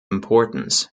importance